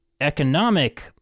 economic